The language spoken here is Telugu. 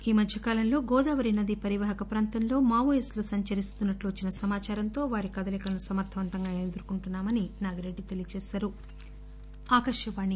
ఈ మధ్య కాలంలో గోదావరి నది పరివాహక ప్రాంతంలో మావోయిస్టులు సంచరిస్తున్నట్లు వచ్చిన సమాచారంతో వారి కదలికలను సమర్గవంతంగా ఎదుర్కొంటున్నా మని ఆయన తెలిపారు